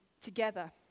together